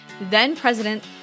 then-President